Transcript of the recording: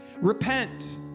Repent